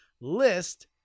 list